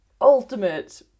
ultimate